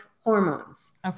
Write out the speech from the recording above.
hormones